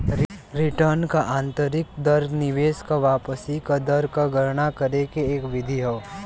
return क आंतरिक दर निवेश क वापसी क दर क गणना करे के एक विधि हौ